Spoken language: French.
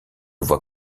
voit